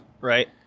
Right